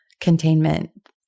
containment